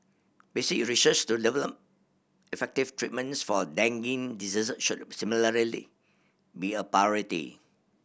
basic research to develop effective treatments for dengue disease should similarly be a priority